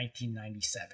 1997